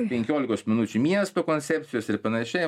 penkiolikos minučių miestų koncepcijos ir panašiai